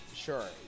sure